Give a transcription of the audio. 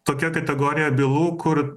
tokia kategorija bylų kur